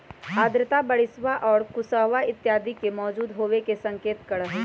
आर्द्रता बरिशवा और कुहसवा इत्यादि के मौजूद होवे के संकेत करा हई